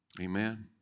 Amen